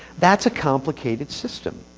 that's a complicated system.